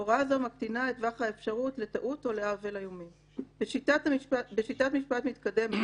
הוראה זו מקטינה את טווח האפשרות לטעות או לעוול --- בשיטת משפט מתקדמת